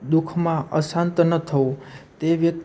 દુઃખમાં અશાંત ન થવું તે વ્ય